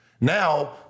Now